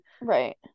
Right